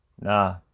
nah